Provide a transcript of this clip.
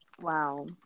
wow